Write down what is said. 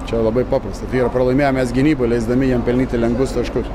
čia labai paprasta yra pralaimėjom mes gynyboj leisdami jiem pelnyti lengvus taškus